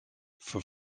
for